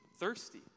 thirsty